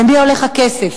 למי הולך הכסף?